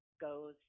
goes